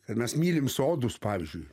ir mes mylim sodus pavyzdžiui